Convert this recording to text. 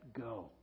go